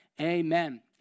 Amen